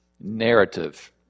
narrative